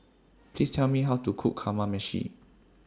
Please Tell Me How to Cook Kamameshi